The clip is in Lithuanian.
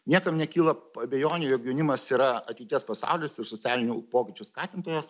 niekam nekyla abejonių jog jaunimas yra ateities pasaulis ir socialinių pokyčių skatintojas